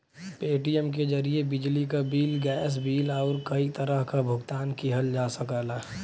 Paytm के जरिये बिजली क बिल, गैस बिल आउर कई तरह क भुगतान किहल जा सकला